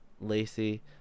Lacy